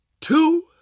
two